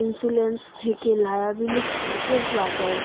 insurance কোন liability থেকে বাঁচায়